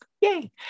yay